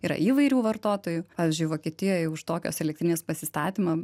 yra įvairių vartotojų pavyzdžiui vokietijoj už tokios elektrinės pasistatymą